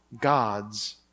God's